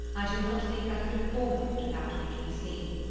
i do not think i could have borne it without making a scene.